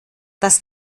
dass